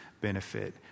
benefit